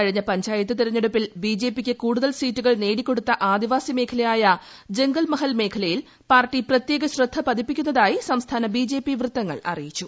കഴിഞ്ഞ പഞ്ചായത്ത് തെരഞ്ഞെടുപ്പിൽ ബിജെപി യ്ക്ക് കൂടുതൽ സീറ്റുകൾ നേടിക്കൊടുത്ത ആദിവാസി മേഖലയായ ജംഗൽമഹൽ മേഖലയിൽ പാർട്ടി പ്രത്യേക ശ്രദ്ധ പതിപ്പിക്കുന്നതായി സംസ്ഥാന ബിജെപി വൃത്തങ്ങൾ അറിയിച്ചു